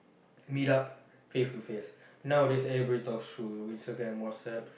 meet up face to face nowadays everybody talks through Instagram WhatsApp